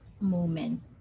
moment